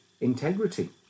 integrity